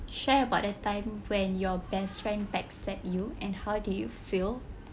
share about the time when your best friend backstab you and how did you feel